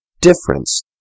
difference